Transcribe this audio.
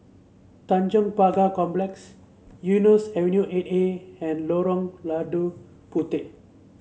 Tanjong Pagar Complex Eunos Avenue Eight A and Lorong Lada Puteh